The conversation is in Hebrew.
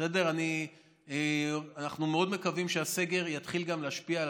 אנחנו מאוד מקווים שהסגר יתחיל גם להשפיע על